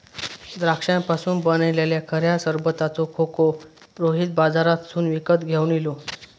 द्राक्षांपासून बनयलल्या खऱ्या सरबताचो खोको रोहित बाजारातसून विकत घेवन इलो